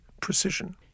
precision